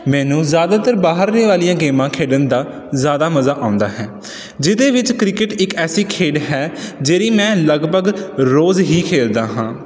ਮੈਨੂੰ ਜ਼ਿਆਦਾਤਰ ਬਾਹਰਲੇ ਵਾਲੀਆਂ ਗੇਮਾਂ ਖੇਡਣ ਦਾ ਜ਼ਿਆਦਾ ਮਜ਼ਾ ਆਉਂਦਾ ਹੈ ਜਿਹਦੇ ਵਿੱਚ ਕ੍ਰਿਕਟ ਇੱਕ ਐਸੀ ਖੇਡ ਹੈ ਜਿਹੜੀ ਮੈਂ ਲਗਭਗ ਰੋਜ਼ ਹੀ ਖੇਲਦਾ ਹਾਂ